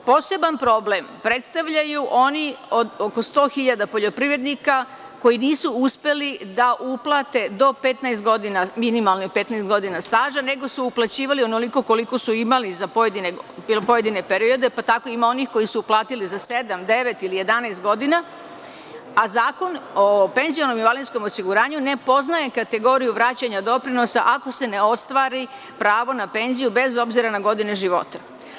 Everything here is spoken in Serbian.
Poseban problem predstavljaju onih 100 hiljada poljoprivrednika koji nisu uspeli da uplate do 15 godina staža, nego su uplaćivali onoliko koliko su imali za pojedine periode, pa tako ima onih koji su uplatili za sedam, devet, 11 godina, a Zakon o penzionom i invalidskom osiguranju ne poznaje kategoriju vraćanja doprinosa ako se ne ostvari pravo na penziju, bez obzira na godina života.